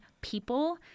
people